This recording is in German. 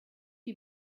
die